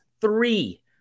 three